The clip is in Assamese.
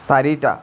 চাৰিটা